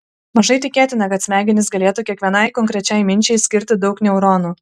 mažai tikėtina kad smegenys galėtų kiekvienai konkrečiai minčiai skirti daug neuronų